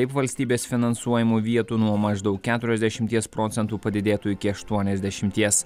kaip valstybės finansuojamų vietų nuo maždaug keturiasdešimties procentų padidėtų iki aštuoniasdešimties